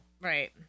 Right